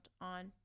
on